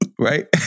Right